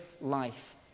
life